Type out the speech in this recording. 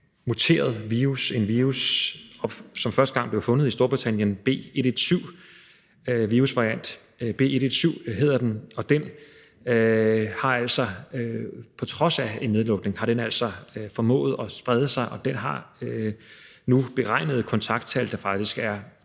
muteret virus, en virusvariant, som første gang blev fundet i Storbritannien, B117 hedder den, og på trods af en nedlukning har den altså formået at sprede sig. Den har nu et beregnet kontakttal, der faktisk er